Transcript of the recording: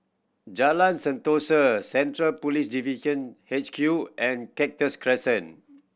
Jalan Sentosa Central Police Division H Q and Cactus Crescent